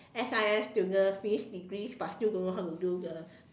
S_I_M students finish degree but still don't know how to do the